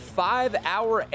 five-hour